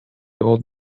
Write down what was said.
old